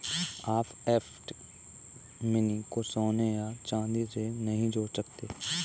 आप fiat money को सोने या चांदी से नहीं जोड़ सकते